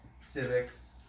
civics